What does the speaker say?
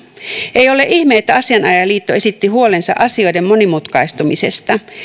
ei ole ihme että asianajajaliitto esitti huolensa asioiden monimutkaistumisesta